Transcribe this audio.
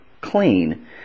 clean